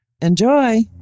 enjoy